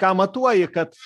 ką matuoji kad